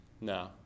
No